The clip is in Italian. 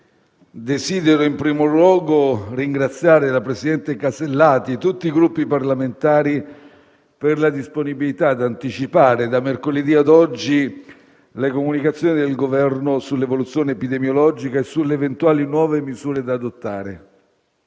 desidero in primo luogo ringraziare il presidente Alberti Casellati e tutti i Gruppi parlamentari per la disponibilità ad anticipare da mercoledì a oggi le comunicazioni del Governo sull'evoluzione epidemiologica e sulle eventuali nuove misure da adottare.